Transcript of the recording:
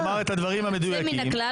בכל מקרה,